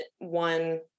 one